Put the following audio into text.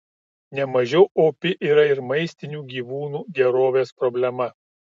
nemažiau opi yra ir maistinių gyvūnų gerovės problema